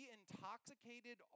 intoxicated